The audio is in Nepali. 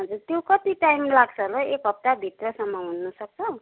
हजुर त्यो कति टाइम लाग्छ होला है एक हप्ताभित्रसम्म हुनु सक्छ